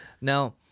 Now